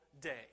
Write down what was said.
day